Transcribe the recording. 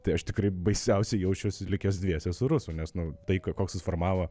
tai aš tikrai baisiausiai jaučiuosi likęs dviese su rusu nes nu tai koks susiformavo